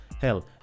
Hell